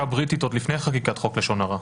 הבריטית עוד לפני חקיקת חוק לשון הרע.